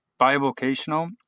bivocational